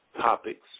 topics